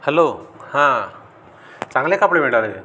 hello हां चांगले कपडे भेटायले